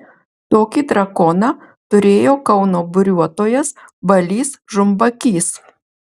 tokį drakoną turėjo kauno buriuotojas balys žumbakys